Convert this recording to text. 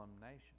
nation